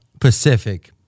Pacific